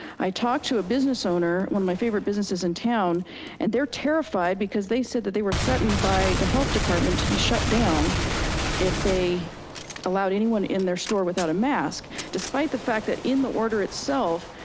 i talked to a business owner, one of my favorite businesses in town and they're terrified because they said that they were threatened by the health department to be shut down if they allowed anyone in their store without a mask. despite the fact that in the order itself,